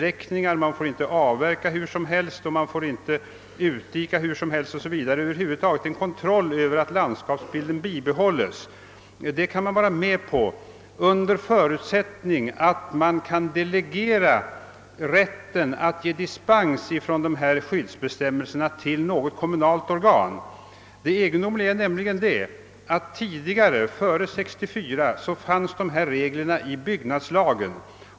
Vissa länsstyrelser förbereder nu beslut enligt 19 8 för ganska stora områden, och en del kommuner är också intresserade av att skydda landskapsbilden på detta sätt. Detta kan man acceptera under förutsättning att rälten att ge dispens från skyddsbestämmelserna kan delegeras på något kommunalt organ. Före 1964 återfanns dessa regler i byggnadslagen.